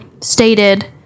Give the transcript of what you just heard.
stated